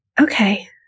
Okay